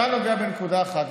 אתה נוגע בנקודה אחת,